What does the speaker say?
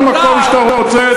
תלך לכל מקום שאתה רוצה,